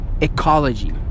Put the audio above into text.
ecology